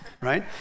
right